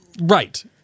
right